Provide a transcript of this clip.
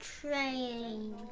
train